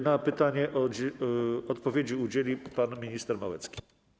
Na pytanie odpowiedzi udzieli pan minister Małecki.